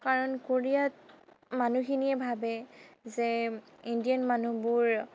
কাৰণ কোৰিয়াত মানুহখিনিয়ে ভাবে যে ইণ্ডিয়ান মানুহবোৰ